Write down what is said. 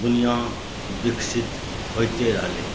दुनिआ विकसित होइते रहले